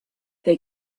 they